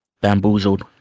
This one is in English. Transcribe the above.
bamboozled